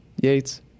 Yates